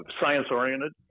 Science-oriented